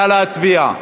נא להצביע.